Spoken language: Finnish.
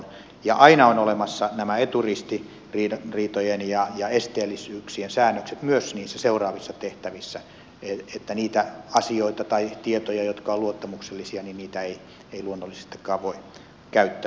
ja aina ovat olemassa nämä eturistiriitojen ja esteellisyyksien säännökset myös niissä seuraavissa tehtävissä niin että niitä asioita tai tietoja jotka ovat luottamuksellisia ei luonnollisestikaan voi käyttää